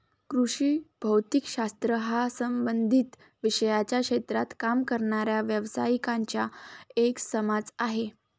कृषी भौतिक शास्त्र हा संबंधित विषयांच्या क्षेत्रात काम करणाऱ्या व्यावसायिकांचा एक समाज आहे